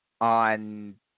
on